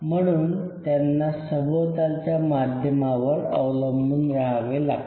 म्हणून त्यांना सभोवतालच्या माध्यमावर अवलंबून राहावे लागते